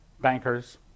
bankers